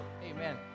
Amen